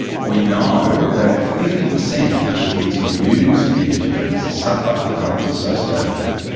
we know that fifty percent of the kids who use energy drinks suffer harms associated with it.